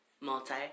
Multi